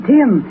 Tim